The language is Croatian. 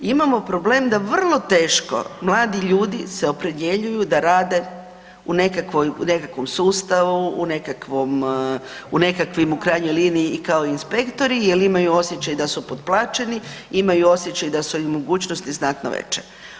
I imamo problem da vrlo teško mladi ljudi se opredjeljuju da rade u nekakvoj, u nekakvom sustavu, u nekakvim u krajnjoj liniji i kao inspektori jer imaju osjećaj da su potplaćeni, imaju osjećaj da su im mogućnosti znatno veće.